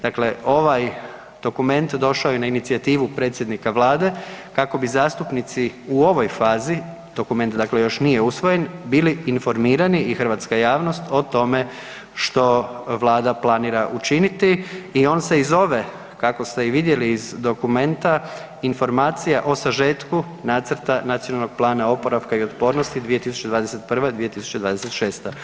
Dakle, ovaj dokument došao je na inicijativu predsjednika vlade kako bi zastupnici u ovoj fazi, dokument dakle još nije usvojen, bili informirani i hrvatska javnost o tome što vlada planira učiniti i on se i zove kako ste i vidjeli iz dokumenta Informacija o sažetku nacrta Nacionalnog plana oporavka i otpornosti 2021.-2026.